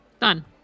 Done